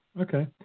Okay